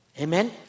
Amen